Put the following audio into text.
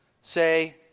say